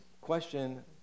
question